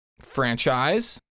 Franchise